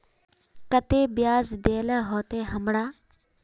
केते बियाज देल होते हमरा?